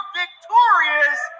victorious